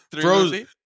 Frozen